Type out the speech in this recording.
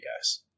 guys